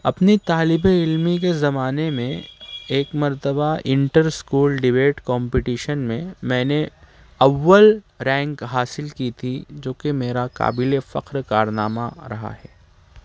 اپنی طالب علمی کے زمانے میں ایک مرتبہ انٹر اسکول ڈیبیٹ کمپٹیشن میں میں نے اول رینک حاصل کی تھی جو کہ میرا قابل فخر کارنامہ رہا ہے